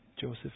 Joseph